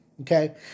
Okay